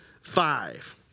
five